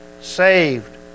saved